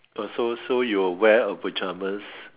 oh so so you will wear a pyjamas